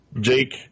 Jake